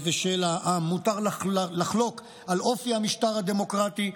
מותר לחלוק על אופי המשטר הדמוקרטי,